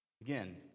Again